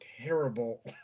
terrible